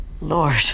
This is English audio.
Lord